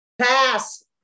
Pass